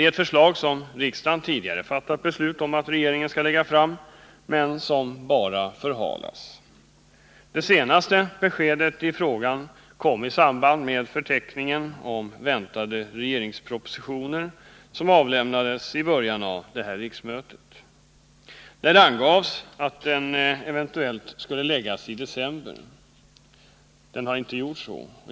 Riksdagen har ju tidigare fattat beslut om att regeringen skall lägga fram en sådan, men den frågan bara förhalas. Det senaste beskedet i frågan kom i samband med förteckningen om väntade regeringspropositioner, som avlämnades i början av detta riksmöte. Där angavs att en proposition i frågan skulle läggas fram i december, men så har inte blivit fallet.